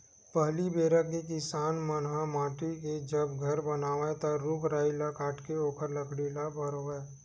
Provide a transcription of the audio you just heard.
पहिली बेरा के किसान मन ह माटी के जब घर बनावय ता रूख राई ल काटके ओखर लकड़ी ल बउरय